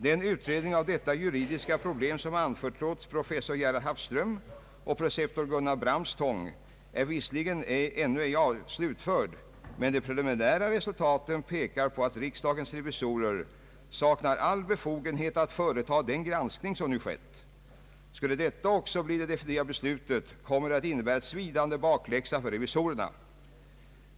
Den utredning av detta juridiska problem, som anförtrotts professor Gerhard Hafström och preceptor Gunnar Bramstång, är visserligen ännu ej slutförd, men de preliminära resultaten pekar på att riksdagens revisorer saknar all befogenhet att företa den granskning som nu skett. Skulle detta också bli det definitiva resultatet, kommer det att innebära en svidande bakläxa för revisorerna.